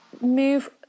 move